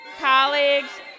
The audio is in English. colleagues